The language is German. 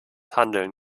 handeln